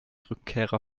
rückkehrer